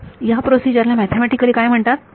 तर या प्रोसिजर ला मॅथेमॅटिकली काय म्हणतात